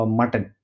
mutton